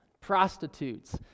prostitutes